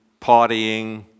partying